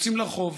יוצאים לרחוב,